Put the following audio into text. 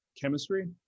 chemistry